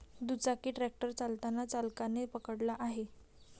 दुचाकी ट्रॅक्टर चालताना चालकाने पकडला आहे